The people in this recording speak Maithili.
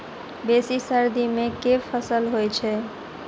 बेसी सर्दी मे केँ फसल होइ छै?